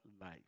life